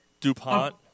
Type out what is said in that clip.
DuPont